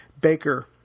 Baker